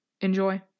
enjoy